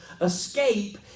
escape